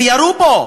וירו בו.